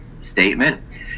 statement